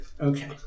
Okay